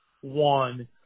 one